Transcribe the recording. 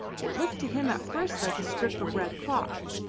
it looked to him at first like a strip of red cloth.